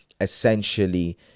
essentially